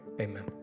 Amen